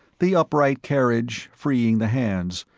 the upright carriage, freeing the hands,